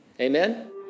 Amen